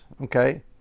okay